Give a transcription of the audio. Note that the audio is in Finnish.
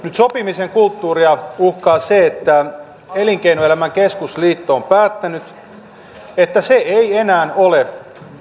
nyt sopimisen kulttuuria uhkaa se että elinkeinoelämän keskusliitto on päättänyt että se ei enää ole sopimusjärjestö